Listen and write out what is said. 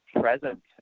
present